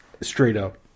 straight-up